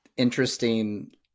Interesting